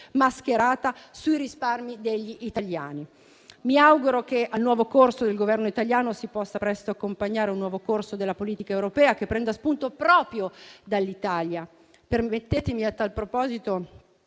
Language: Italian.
mascherata, sui risparmi degli italiani. Mi auguro che al nuovo corso del Governo italiano si possa presto accompagnare un nuovo corso della politica europea, che prenda spunto proprio dall'Italia. Permettetemi, a tal proposito,